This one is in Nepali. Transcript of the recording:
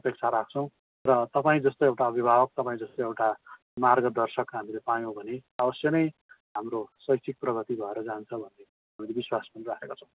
अपेक्षा राख्छौँ र तपाईँ जस्तो एउटा अभिभावक तपाईँ जस्तो एउटा मार्गदर्शक हामीले पायौँ भने अवश्य नै हाम्रो शैक्षिक प्रगति भएर जान्छ भन्ने हामीले विश्वास पनि राखेका छौँ